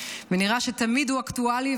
ונראה שתמיד הוא אקטואלי.